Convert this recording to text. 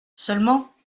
seulement